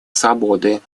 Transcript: свободы